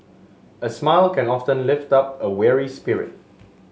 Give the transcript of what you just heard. a smile can often lift up a weary spirit